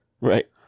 Right